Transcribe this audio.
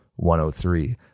103